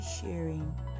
sharing